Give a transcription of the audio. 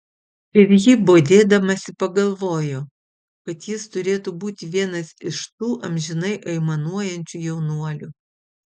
ir ji bodėdamasi pagalvojo kad jis turėtų būti vienas iš tų amžinai aimanuojančių jaunuolių